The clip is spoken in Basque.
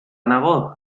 nago